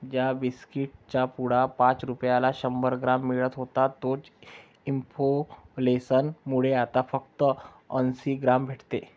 ज्या बिस्कीट चा पुडा पाच रुपयाला शंभर ग्राम मिळत होता तोच इंफ्लेसन मुळे आता फक्त अंसी ग्राम भेटते